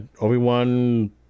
obi-wan